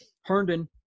Herndon